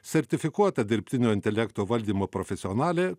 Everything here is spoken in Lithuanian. sertifikuota dirbtinio intelekto valdymo profesionalė